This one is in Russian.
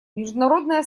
международное